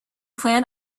plan